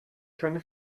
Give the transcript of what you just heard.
keine